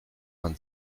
vingt